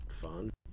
fun